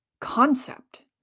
concept